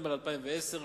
ספטמבר 2010,